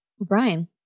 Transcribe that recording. Brian